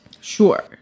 Sure